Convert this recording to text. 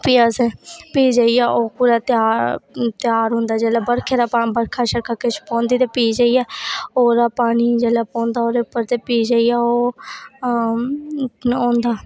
प्ही अस ओह् कुदै त्यार होंदा जेल्लै बर्खा दा पानी बर्खा शर्खा किश पौंदी ते प्ही जाइयै ओह्दा पानी जेल्लै पौंदा ओह्दा उप्पर ते प्ही जेह्ड़ी ऐ ओह् होंदा